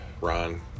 Ron